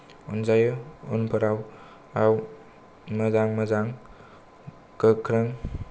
अनजायो उनफोराव मोजां मोजां गोख्रों